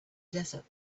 desert